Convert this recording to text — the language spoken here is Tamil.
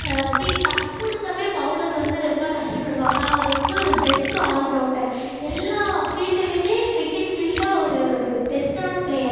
அது எப்படி டஃப் கொடுக்கவே பௌலர் வந்து ரொம்ப கஷ்டப்படுவாங்க அவர் வந்து ஒரு பெஸ்ட்டு ஆல்ரௌண்டர் எல்லா ஃபீல்டுலையுமே கிரிக்கெட் ஃபீல்டில் அவர் ஒரு பெஸ்ட்டான ப்ளேயர்